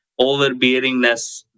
overbearingness